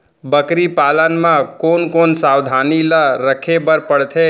बकरी पालन म कोन कोन सावधानी ल रखे बर पढ़थे?